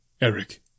Eric